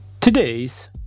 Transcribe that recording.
Today's